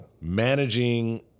managing